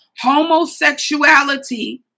Homosexuality